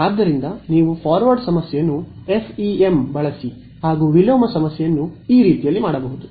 ಆದ್ದರಿಂದ ನೀವು ಫಾರ್ವರ್ಡ್ ಸಮಸ್ಯೆಯನ್ನು ಎಫ್ಇಎಂ ಬಳಸಿ ಹಾಗೂ ವಿಲೋಮ ಸಮಸ್ಯೆಯನ್ನು ಈ ರೀತಿಯಲ್ಲಿ ಮಾಡಬಹುದು